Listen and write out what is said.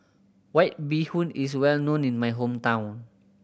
White Bee Hoon is well known in my hometown